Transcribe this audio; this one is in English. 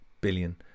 billion